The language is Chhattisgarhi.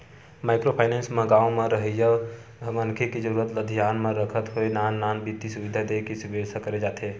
माइक्रो फाइनेंस म गाँव म रहवइया मनखे के जरुरत ल धियान म रखत होय नान नान बित्तीय सुबिधा देय के बेवस्था करे जाथे